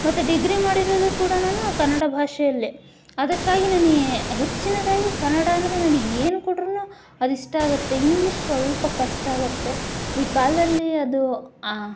ಮತ್ತು ಡಿಗ್ರಿ ಮಾಡಿರೋದು ಕೂಡ ನಾನು ಕನ್ನಡ ಭಾಷೆಯಲ್ಲೇ ಅದಕ್ಕಾಗಿ ನನೇ ಹೆಚ್ಚಿನದಾಗಿ ಕನ್ನಡ ಅಂದರೆ ನನಗೆ ಏನು ಕೊಟ್ರು ಅದು ಇಷ್ಟ ಆಗುತ್ತೆ ಇಂಗ್ಲೀಷ್ ಸ್ವಲ್ಪ ಕಷ್ಟ ಆಗುತ್ತೆ ಈ ಕಾಲದಲ್ಲಿ ಅದು